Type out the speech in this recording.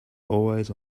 always